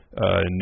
No